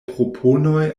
proponoj